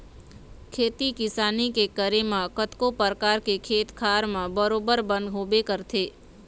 खेती किसानी के करे म कतको परकार के खेत खार म बरोबर बन होबे करथे